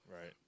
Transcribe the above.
Right